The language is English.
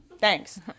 Thanks